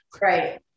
Right